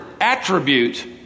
attribute